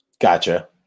Gotcha